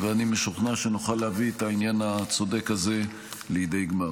ואני משוכנע שנוכל להביא את העניין הצודק הזה לידי גמר.